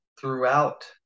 throughout